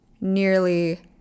nearly